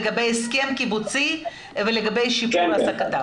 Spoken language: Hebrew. לגבי הסכם קיבוצי ולגבי שיפור השכר.